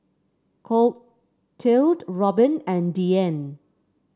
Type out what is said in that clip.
Clotilde Robbin and Deann